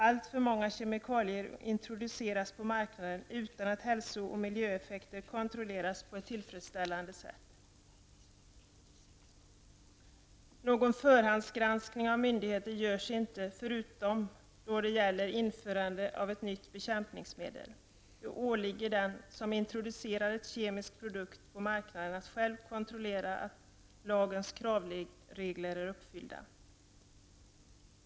Alltför många kemikalier introduceras på marknaden utan att hälso och miljöeffekter kontrollerats på ett tillfredsställande sätt. Någon förhandsgranskning av myndighet görs inte förutom då det gäller införandet av ett nytt bekämpningsmedel. Det åligger den som introducerar en kemisk produkt på marknaden att själv kontrollera att lagens kravregler är uppfyllda.